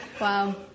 Wow